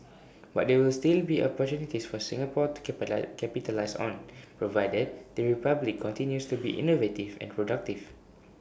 but there will still be opportunities for Singapore to capitalise on provided the republic continues to be innovative and productive